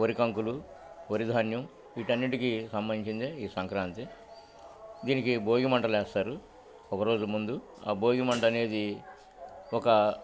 వరికంకులు వరిధాన్యం వీటన్నిటికీ సంబంధించిందే ఈ సంక్రాంతి దీనికి భోగి మంటలేస్తారు ఒకరోజు ముందు ఆ భోగిమంట అనేది ఒక